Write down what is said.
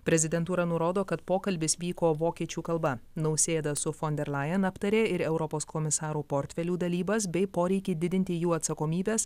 prezidentūra nurodo kad pokalbis vyko vokiečių kalba nausėda su fon der lajen aptarė ir europos komisarų portfelių dalybas bei poreikį didinti jų atsakomybes